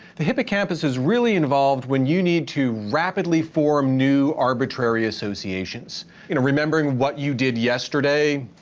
the hippocampus is really involved when you need to rapidly form new arbitrary associations in remembering what you did yesterday,